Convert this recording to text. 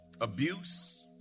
abuse